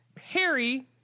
harry